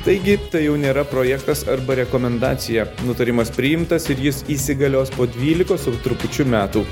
taigi tai jau nėra projektas arba rekomendacija nutarimas priimtas ir jis įsigalios po dvylikos ir trupučiu metų